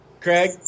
Craig